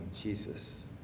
Jesus